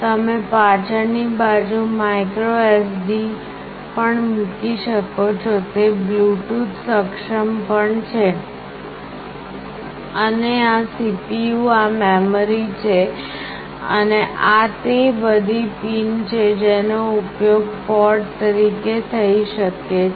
તમે પાછળની બાજુ માઇક્રો SD પણ મૂકી શકો છો તે બ્લૂટૂથ સક્ષમ પણ છે અને આ CPU આ મેમરી છે અને આ તે બધી પિન છે જેનો ઉપયોગ પોર્ટ તરીકે થઈ શકે છે